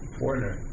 foreigner